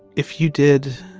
if you did